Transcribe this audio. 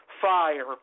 fire